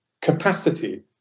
capacity